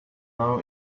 know